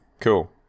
cool